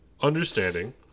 understanding